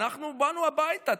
אנחנו באנו הביתה.